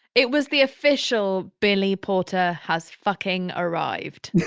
it was the official billy porter has fucking arrived.